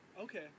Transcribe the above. Okay